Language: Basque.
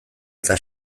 eta